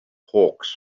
hawks